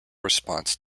response